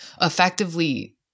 effectively